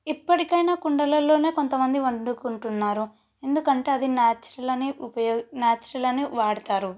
ఇప్పటికైనా కుండలలోనే కొంతమంది వండుకుంటున్నారు ఎందుకంటే అది న్యాచురల్ అని ఉపయో న్యాచురల్ అని వాడుతారు